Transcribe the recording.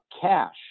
cash